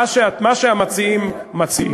מה שהמציעים מציעים.